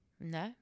No